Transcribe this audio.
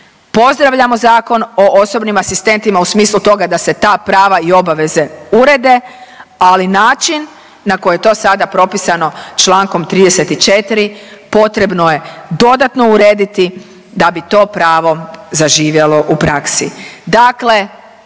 Pozdravljamo Zakon o osobnim asistentima u smislu toga da se ta prava i obaveze urede, ali način na koji je to sada propisano Člankom 34. potrebno je dodatno urediti da bi to pravo zaživjelo u praksi.